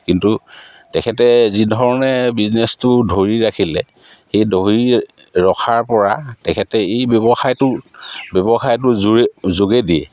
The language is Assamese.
কিন্তু তেখেতে যিধৰণে বিজনেছটো ধৰি ৰাখিলে সেই ধৰি ৰখাৰপৰা তেখেতে এই ব্যৱসায়টো ব্যৱসায়টো জোৰে যোগেদিয়ে